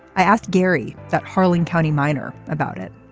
i asked gary that harlan county miner about it.